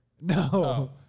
No